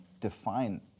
define